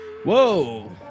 whoa